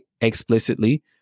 Explicitly